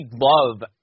love